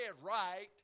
right